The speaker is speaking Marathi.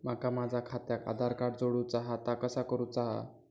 माका माझा खात्याक आधार कार्ड जोडूचा हा ता कसा करुचा हा?